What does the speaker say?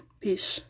Peace